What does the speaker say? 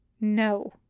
No